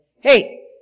hey